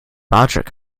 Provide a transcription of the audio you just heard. roderick